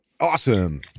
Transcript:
Awesome